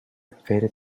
faded